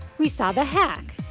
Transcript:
we saw the hack